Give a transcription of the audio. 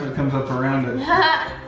comes up around it.